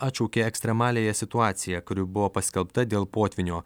atšaukė ekstremaliąją situaciją kuri buvo paskelbta dėl potvynio